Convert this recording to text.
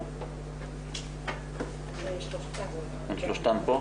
אוקי, שלושתם פה.